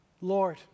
Lord